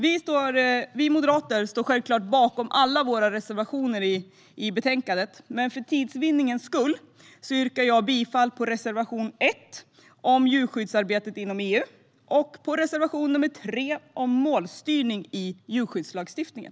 Vi moderater står självklart bakom alla våra reservationer i betänkandet, men för tids vinnande yrkar jag bifall endast på reservation 1 om djurskyddsarbetet inom EU och på reservation 3 om målstyrning i djurskyddslagstiftningen.